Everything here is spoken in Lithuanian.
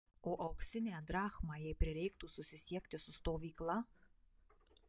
o auksinę drachmą jei prireiktų susisiekti su stovykla